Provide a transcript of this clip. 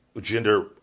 Gender